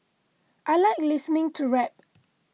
I like listening to rap